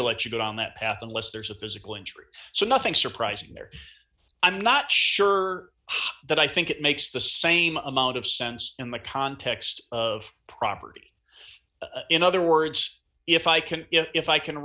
to let you go down that path unless there's a physical injury so nothing surprising there i'm not sure that i think it makes the same amount of sense in the context of property in other words if i can if i can